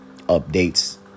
updates